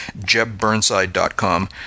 JebBurnside.com